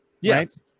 Yes